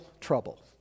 trouble